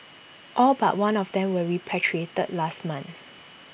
all but one of them were repatriated last month